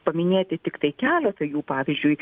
paminėti tiktai keletą jų pavyzdžiui